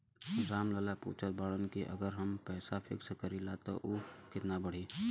राम लाल पूछत बड़न की अगर हम पैसा फिक्स करीला त ऊ कितना बड़ी?